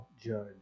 judge